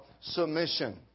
submission